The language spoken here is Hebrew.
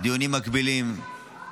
דיונים מקבילים.